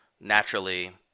naturally